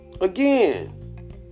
again